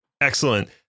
Excellent